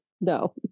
No